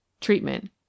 Treatment